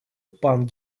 пан